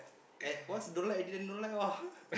at what don't like then don't like lor